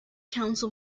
counsel